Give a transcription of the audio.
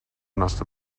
nostre